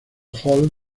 hall